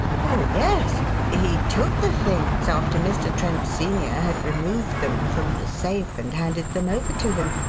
oh, yes he took the things after mr. trent, senior, had removed them from the safe and handed them over to him,